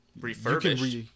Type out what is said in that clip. Refurbished